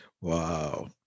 Wow